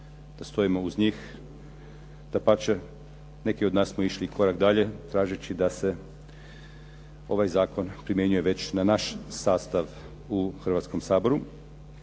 da stojimo uz njih, dapače neki od nas smo išli i korak dalje, težeći da se ovaj zakon primjenjuje već na naš sastav u Hrvatskom saboru,